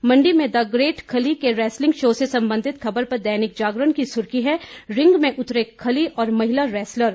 मंडी में the great Khali के wrestling show से संबंधित खबर पर दैनिक जागरण की सुर्खी है रिंग में उतरे खली और महिला रेसलर